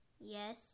Yes